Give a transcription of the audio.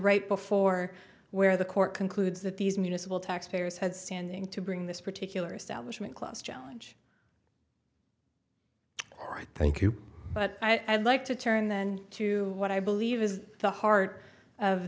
right before where the court concludes that these municipal tax payers had standing to bring this particular establishment clause challenge right thank you but i'd like to turn then to what i believe is the heart of